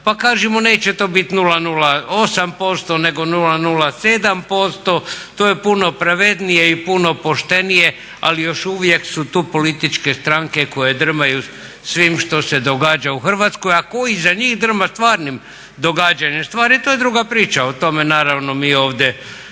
pa kažimo neće to biti 0,08% nego 0,07% to je puno pravednije i puno poštenije ali još uvijek su tu političke stranke koje drmaju svim što se događa u Hrvatskoj. A tko iza njih drma stvarnim događanjem stvari, to je druga priča. O tome naravno mi ovdje